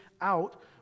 out